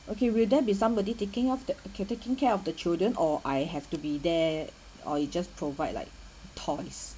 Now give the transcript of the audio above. okay will there be somebody taking of the k taking care of the children or I have to be there or you just provide like toys